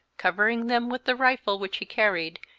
covering them with the rifle which he carried,